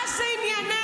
מה זה עניינך?